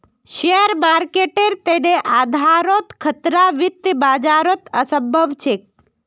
share मार्केटेर तने आधारोत खतरा वित्तीय बाजारत असम्भव छेक